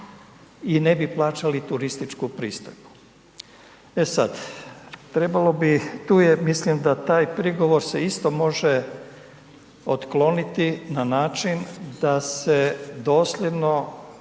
i ne bi plaćali turističku pristojbu. A sad, trebalo bi, tu je mislim da taj prigovor se isto može otkloniti na način da se dosljedno